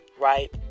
right